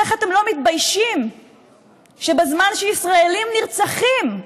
ואיך אתם לא מתביישים שבזמן שישראלים נרצחים,